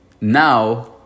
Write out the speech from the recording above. now